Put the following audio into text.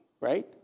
right